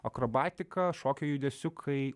akrobatika šokio judesiukai